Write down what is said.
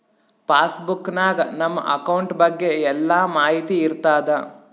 pass book ನಾಗ್ ನಮ್ account ಬಗ್ಗೆ ಎಲ್ಲಾ ಮಾಹಿತಿ ಇರ್ತಾದ